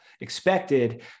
expected